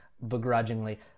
begrudgingly